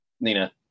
Nina